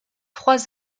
trois